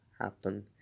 happen